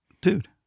Dude